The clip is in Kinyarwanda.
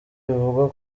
bivugwa